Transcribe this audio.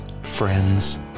Friends